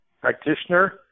Practitioner